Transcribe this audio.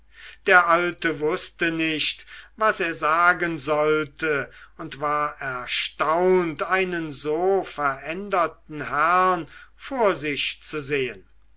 der alte wußte nicht was er sagen sollte und war erstaunt einen so veränderten herrn vor sich zu sehen